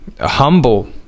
humble